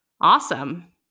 awesome